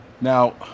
Now